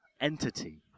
entity